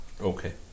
Okay